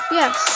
yes